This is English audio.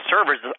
servers